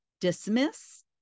dismiss